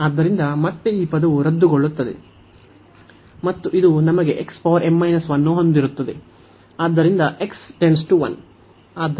ಆದ್ದರಿಂದ ಮತ್ತೆ ಈ ಪದವು ರದ್ದುಗೊಳ್ಳುತ್ತದೆ ಮತ್ತು ಇದು ನಮಗೆ ಅನ್ನು ಹೊಂದಿರುತ್ತದೆ ಆದ್ದರಿಂದ